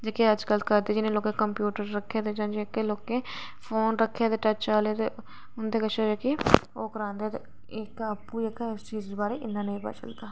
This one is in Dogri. जेह्के अजकल करदे जि'नें कम्प्यूटर रक्खे दे जां जेह्के लोकें फोन रक्खे दे टच आह्ले ते उं'दे कशा जेह्की ओह् करांदे ते एह्का आपूं जेह्का इस चीज दे बारे इन्ना नेईं पता चलदा